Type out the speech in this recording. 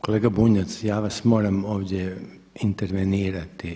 Kolega Bunjac, ja vas moram ovdje intervenirati.